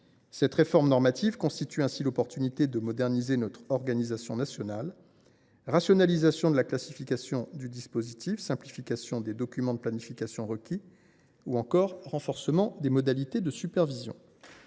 Cette réforme normative constitue ainsi l’opportunité de moderniser notre organisation nationale : rationalisation de la classification du dispositif, simplification des documents de planification requis ou encore renforcement des modalités de supervision.